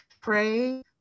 pray